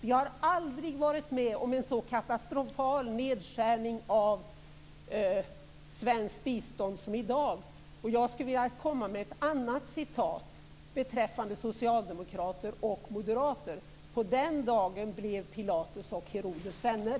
Vi har aldrig varit med om en så katastrofal nedskärning av svenskt bistånd som i dag. Jag skulle vilja anföra ett annat citat beträffande socialdemokrater och moderater: "Den dagen blev Herodes och Pilatus vänner".